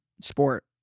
sport